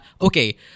okay